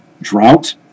drought